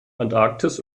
antarktis